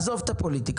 עזוב את הפוליטיקה.